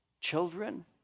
children